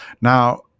Now